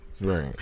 Right